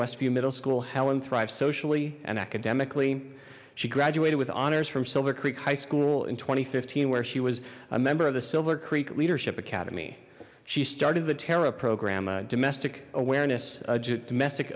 west view middle school helen thrived socially and academically she graduated with honors from silver creek high school in two thousand and fifteen where she was a member of the silver creek leadership academy she started the tara program a domestic awareness domestic